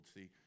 See